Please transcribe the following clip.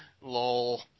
Lol